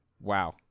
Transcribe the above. Wow